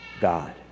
God